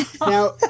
Now